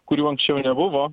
kurių anksčiau nebuvo